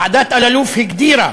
ועדת אלאלוף הגדירה